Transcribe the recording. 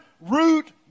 root